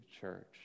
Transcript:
church